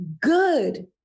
good